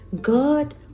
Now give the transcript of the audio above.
God